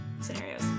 scenarios